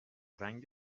رنگی